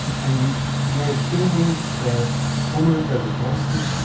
and you may have seen these. they're prominent over brighton.